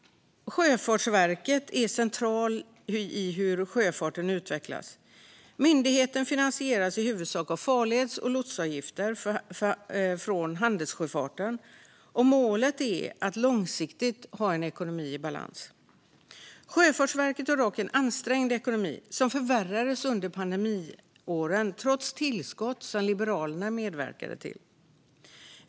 Sjöfartsverket är centralt i hur sjöfarten utvecklas. Myndigheten finansieras i huvudsak av farleds och lotsavgifter från handelssjöfarten, och målet är att långsiktigt ha en ekonomi i balans. Sjöfartsverket har dock en ansträngd ekonomi som förvärrades under pandemiåren, trots tillskott som Liberalerna medverkade till.